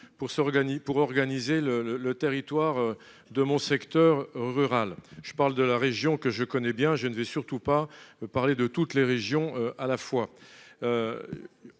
pour organiser le le le territoire de mon secteur rural, je parle de la région que je connais bien, je ne veux surtout pas parler de toutes les régions à la fois.